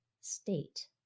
state